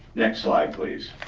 next slide, please.